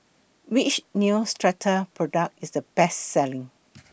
Which Neostrata Product IS The Best Selling